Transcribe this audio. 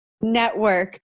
Network